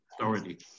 authority